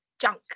junk